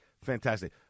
Fantastic